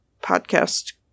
podcast